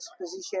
position